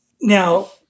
Now